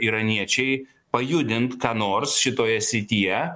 iraniečiai pajudint ką nors šitoje srityje